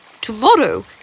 Tomorrow